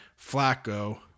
Flacco